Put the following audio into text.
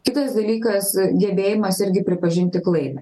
kitas dalykas gebėjimas irgi pripažinti klaidą